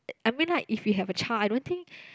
I mean like if you have a child I don't think